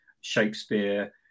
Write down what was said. Shakespeare